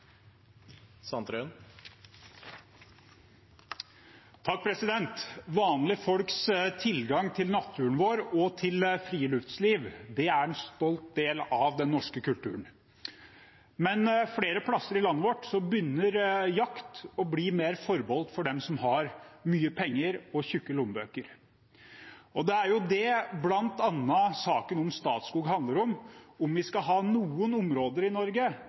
en stolt del av den norske kulturen, men flere steder i landet vårt begynner jakt å bli mer forbeholdt dem som har mye penger og tjukke lommebøker. Det er jo det bl.a. saken om Statskog handler om, om vi skal ha noen områder i Norge